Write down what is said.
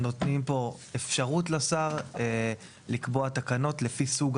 נותנים פה אפשרות לשר לקבוע תקנות לפי סוג